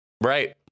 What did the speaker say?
Right